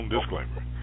Disclaimer